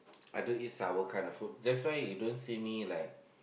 I don't eat sour kind of food that's why you don't see me like